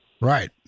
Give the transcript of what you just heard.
Right